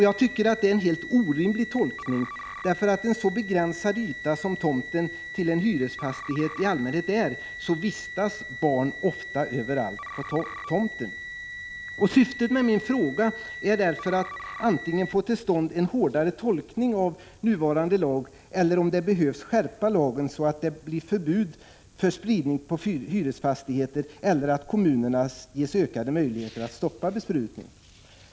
Jag tycker att det är en helt orimlig tolkning därför att med en så begränsad yta som tomten till en hyresfastighet i allmänhet har, vistas barn ofta överallt på tomten. Syftet med min fråga är därför att få till stånd antingen en hårdare tolkning av nuvarande lag eller, om det behövs, en skärpning av lagen så att det blir förbud för spridning på hyresfastigheter eller ökade möjligheter för kommunerna att stoppa besprutning.